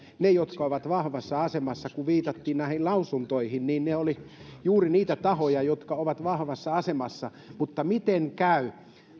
niitä jotka ovat vahvassa asemassa kun viitattiin näihin lausuntoihin niin ne olivat juuri niitä tahoja jotka ovat vahvassa asemassa mutta miten käy